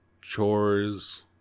chores